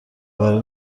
برای